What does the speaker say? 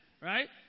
right